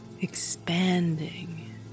expanding